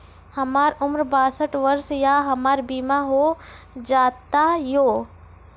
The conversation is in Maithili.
हमर उम्र बासठ वर्ष या हमर बीमा हो जाता यो?